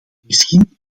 misschien